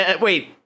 Wait